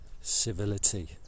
civility